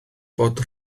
bod